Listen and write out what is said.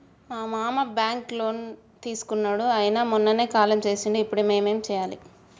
మా మామ బ్యాంక్ లో లోన్ తీసుకున్నడు అయిన మొన్ననే కాలం చేసిండు ఇప్పుడు మేం ఏం చేయాలి?